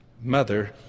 Mother